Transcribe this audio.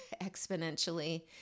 exponentially